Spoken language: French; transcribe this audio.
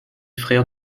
frère